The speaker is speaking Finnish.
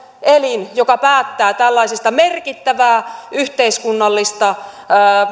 elin joka päättää tällaisista merkittävää yhteiskunnallista